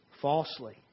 falsely